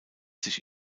sich